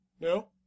No